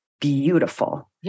beautiful